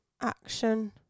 action